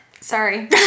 sorry